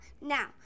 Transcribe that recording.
now